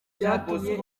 byatumye